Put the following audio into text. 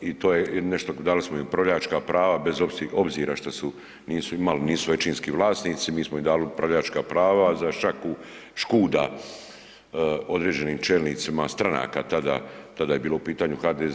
i to je nešto, dali smo im upravljačka prava bez obzira što su, nisu imali, nisu većinski vlasnici, mi smo im dali upravljačka prava za šaku škuda određenim čelnicima stranka tada, tada je bilo u pitanju HDZ.